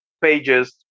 pages